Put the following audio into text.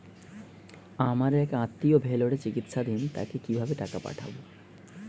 আমার এক আত্মীয় ভেলোরে চিকিৎসাধীন তাকে কি ভাবে টাকা পাঠাবো?